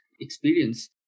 experience